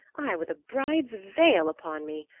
i with a bride's veil upon me!